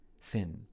sin